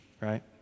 right